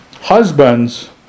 Husbands